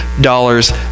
dollars